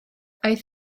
aeth